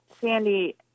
Sandy